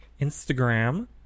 Instagram